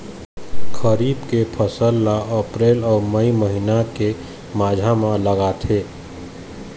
खरीफ के फसल ला अप्रैल अऊ मई महीना के माझा म लगाथे